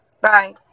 Bye